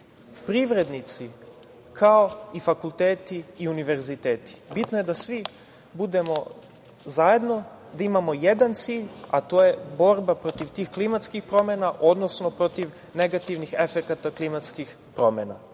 privrednici, kao i fakulteti i univerziteti. Bitno je da svi budemo zajedno, da imamo jedan cilj, a to je borba protiv tih klimatskih promena, odnosno protiv negativnih efekata klimatskih promena.